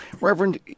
reverend